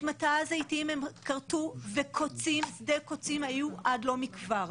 הם כרתו את מטע הזיתים ושדה קוצים היה עד לא מכבר.